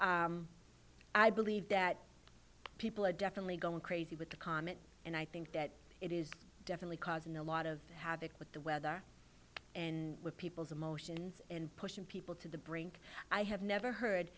also i believe that people are definitely going crazy with the comment and i think that it is definitely causing a lot of havoc with the weather and with people's emotions and pushing people to the brink i have never heard